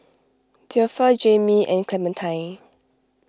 Zilpha Jaimie and Clementine